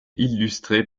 illustrées